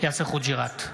יאסר חוג'יראת,